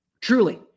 Truly